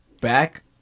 Back